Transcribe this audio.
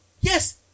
yes